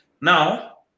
Now